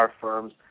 firms